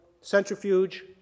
centrifuge